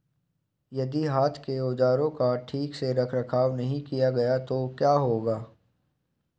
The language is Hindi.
यदि हाथ के औजारों का ठीक से रखरखाव नहीं किया गया तो क्या होगा?